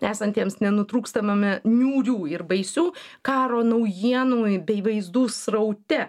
esantiems nenutrūkstamame niūrių ir baisių karo naujienų bei vaizdų sraute